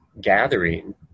gathering